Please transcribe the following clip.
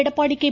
Edappadi K